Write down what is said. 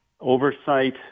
oversight